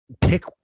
pick